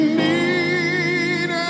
need